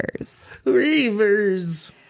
Reavers